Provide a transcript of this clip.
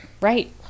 Right